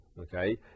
okay